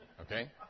Okay